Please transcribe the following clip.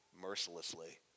mercilessly